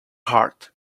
heart